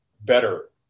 better